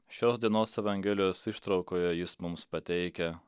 šios dienos evangelijos ištraukoje jis mums pateikia